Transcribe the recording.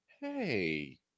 hey